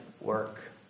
work